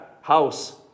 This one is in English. house